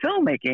filmmaking